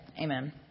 Amen